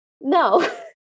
no